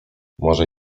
morze